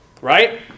right